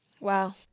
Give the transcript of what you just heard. Wow